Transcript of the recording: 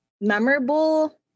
memorable